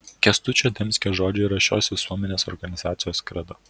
kęstučio demskio žodžiai yra šios visuomeninės organizacijos kredo